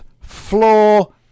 floor